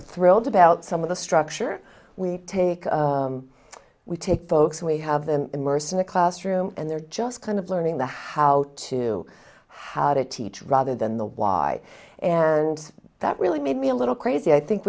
thrilled about some of the structure we take we take folks we have them immersed in a classroom and they're just kind of learning the how to how to teach rather than the why and that really made me a little crazy i think